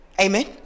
amen